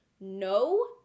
No